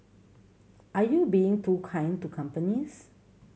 are you being too kind to companies